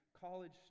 college